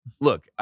look